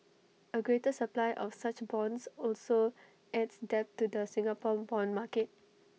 A greater supply of such bonds also adds depth to the Singapore Bond market